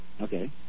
Okay